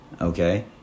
Okay